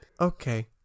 Okay